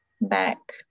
back